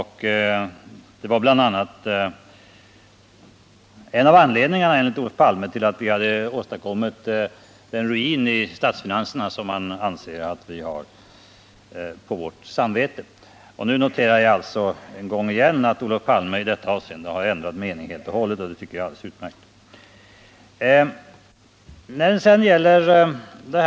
Det var bl.a., enligt Olof Palme, en av anledningarna till att vi skulle ha åstadkommit den ruin i statsfinanserna som han anser att vi har på vårt samvete. Nu noterar jag åter att Olof Palme i detta avseende har ändrat mening helt och hållet, och det tycker jag är alldeles utmärkt.